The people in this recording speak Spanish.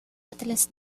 atlas